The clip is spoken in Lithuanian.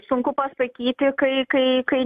sunku pasakyti kai kai kai